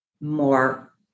more